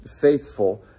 faithful